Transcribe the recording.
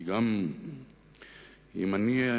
כי גם אם אני,